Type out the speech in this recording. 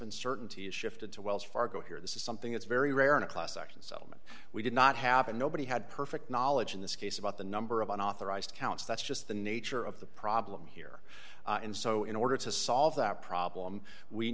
uncertainty is shifted to wells fargo here this is something that's very rare in a class action settlement we did not happened nobody had perfect knowledge in this case about the number of unauthorised accounts that's just the nature of the problem here and so in order to solve that problem we